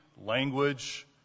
language